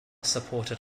supported